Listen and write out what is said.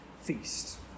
feast